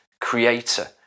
creator